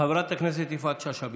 חברת הכנסת יפעת שאשא ביטון,